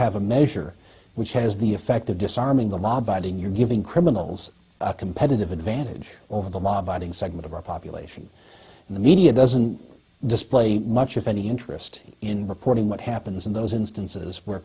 have a measure which has the effect of disarming the law abiding you're giving criminals a competitive advantage over the law abiding segment of our population the media doesn't display much of any interest in reporting what happens in those instances where